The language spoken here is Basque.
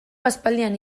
aspaldian